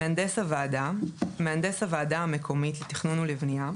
"מהנדס הוועדה" מהנדס הוועדה המקומית לתכנון ולבנייה,